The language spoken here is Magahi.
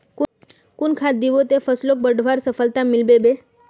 कुन खाद दिबो ते फसलोक बढ़वार सफलता मिलबे बे?